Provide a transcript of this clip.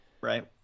Right